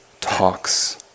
talks